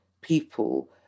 people